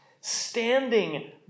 Standing